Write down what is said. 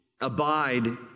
Abide